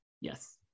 Yes